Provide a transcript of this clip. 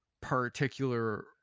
particular